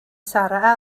sarra